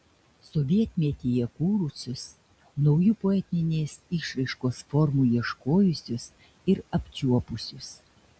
sovietmetyje kūrusius naujų poetinės išraiškos formų ieškojusius ir apčiuopusius